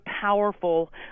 powerful